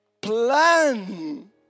plan